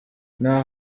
nta